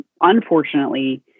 unfortunately